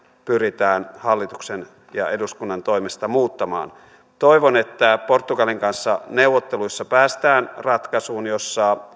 pyritään hallituksen ja eduskunnan toimesta muuttamaan toivon että portugalin kanssa neuvotteluissa päästään ratkaisuun jossa